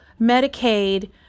Medicaid